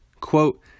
quote